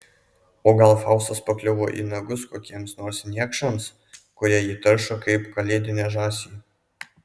o gal faustas pakliuvo į nagus kokiems nors niekšams kurie jį taršo kaip kalėdinę žąsį